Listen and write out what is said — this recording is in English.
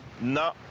No